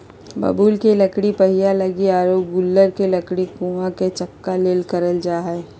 बबूल के लकड़ी पहिया लगी आरो गूलर के लकड़ी कुआ के चकका ले करल जा हइ